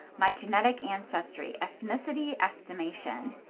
my genetic ancestry, ethnicity estimation.